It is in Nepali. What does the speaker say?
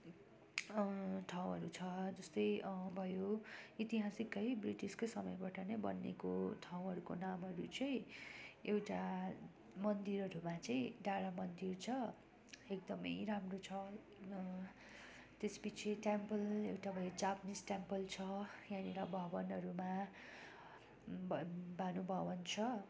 ठाउँहरू छ जस्तै भयो ऐतिहासिक है ब्रिटिसको समयबाट नै बनिएको हो ठाउँहरूको नामहरू चाहिँ एउटा मन्दिरहरूमा चाहिँ डाँडा मन्दिर छ एकदम राम्रो छ त्यस पछि टेम्पल एउटा भयो जापानिज टेम्पल छ यहाँनेर भवनहरूमा भ भानु भवन छ